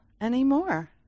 anymore